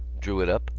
drew it up,